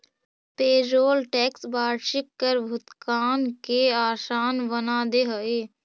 payroll tax वार्षिक कर भुगतान के असान बना दे हई